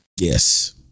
Yes